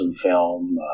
film